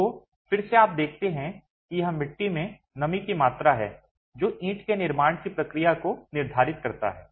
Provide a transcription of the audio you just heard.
तो फिर से आप देखते हैं कि यह मिट्टी में नमी की मात्रा है जो ईंट के निर्माण की प्रक्रिया को निर्धारित करता है